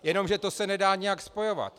Jenomže to se nedá nijak spojovat.